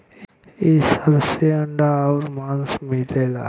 इ सब से अंडा आउर मांस मिलला